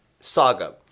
saga